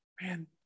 man